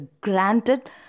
granted